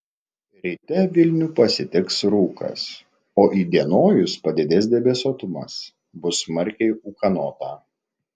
ryte vilnių pasitiks rūkas o įdienojus padidės debesuotumas bus smarkiai ūkanota